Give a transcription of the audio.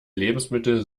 lebensmittel